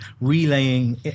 relaying